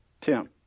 Tim